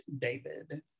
David